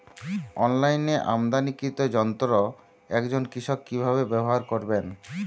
অনলাইনে আমদানীকৃত যন্ত্র একজন কৃষক কিভাবে ব্যবহার করবেন?